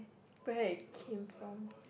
where it came from